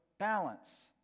Balance